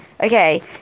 Okay